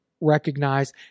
recognize